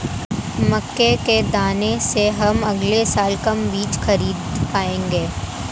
मक्के के दाने से हम अगले साल कम बीज खरीद पाएंगे